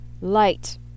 light